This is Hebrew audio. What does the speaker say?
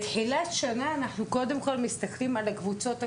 בתחילת השנה אנחנו קודם כל מסתכלים על הקבוצות הקיימות.